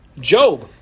Job